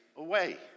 away